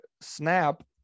Snap